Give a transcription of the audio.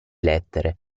lettere